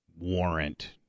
warrant